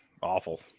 awful